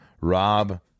Rob